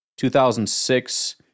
2006